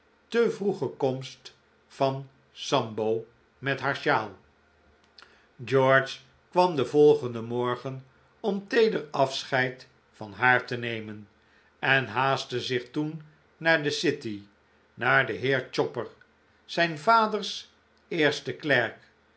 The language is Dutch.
te vroege komst van sambo met haar sjaal george kwam den volgenden morgen om teeder afscheid van haar te nemen en haastte zich toen naar de city naar den heer chopper zijn vaders eersten klerk